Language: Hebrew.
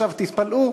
תתפלאו,